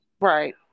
Right